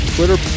Twitter